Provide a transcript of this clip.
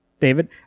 David